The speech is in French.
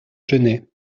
genêts